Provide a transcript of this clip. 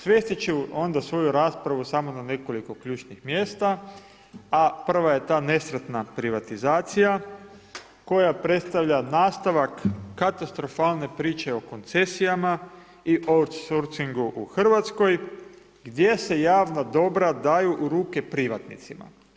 Svesti ću onda svoju raspravu samo na nekoliko ključnih mjesta a prva je ta nesretna privatizacija koja predstavlja nastavak katastrofalne priče o koncesijama i outsourcingu u Hrvatskoj gdje se javna dobra daju u ruke privatnicima.